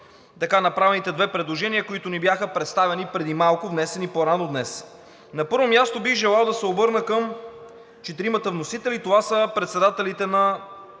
така направените две предложения, които ни бяха представени преди малко, внесени по-рано днес. На първо място, бих желал да се обърна към четиримата вносители – това са председателите на